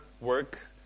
work